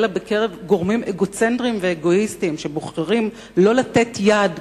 ציבורים אגוצנטריים ואגואיסטיים שבוחרים שלא ליטול